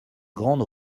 grande